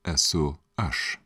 esu aš